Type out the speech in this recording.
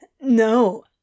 No